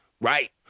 right